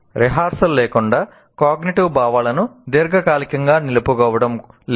rehearsal భావనలను దీర్ఘకాలికంగా నిలుపుకోవడం లేదు